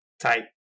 type